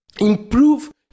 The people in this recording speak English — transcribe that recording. improve